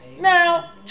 Now